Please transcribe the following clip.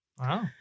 Wow